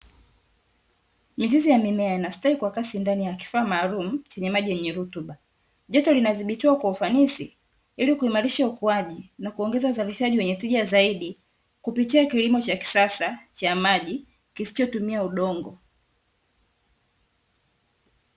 Mizizi ya mimea inastawi kwa kasi ndani ya kifaa maalumu chenye maji yenye rutuba, joto linadhibitiwa kwa ufanisi ilikuimarisha ukuaji na kuongeza uzalishaji wenye tija zaidi, kupitia kilimo cha kisasa cha maji kisichotumia udongo.